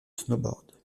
snowboard